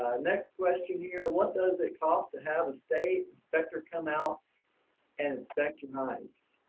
next question here. what does it cost to have a state inspector come out and inspect your hives?